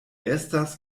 estas